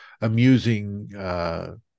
amusing